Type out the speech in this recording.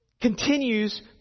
continues